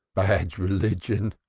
bad religion!